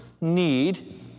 need